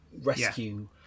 rescue